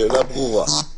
שאלה ברורה.